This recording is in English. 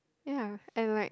ya and like